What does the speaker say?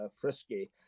frisky